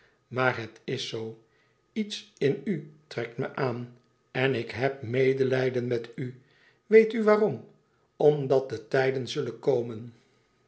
maar het is zoo iets in u trekt me aan en ik heb medelijden met u weet u waarom omdat de tijden zullen komen